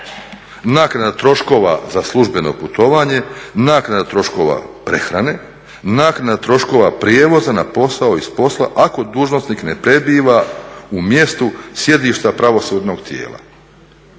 naknada troškova za službeno putovanje, naknada troškova prehrane, naknada troškova prijevoza na posao i s posla, ako dužnosnik ne prebiva u mjestu sjedišta pravosudnog tijela.